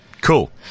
Cool